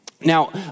Now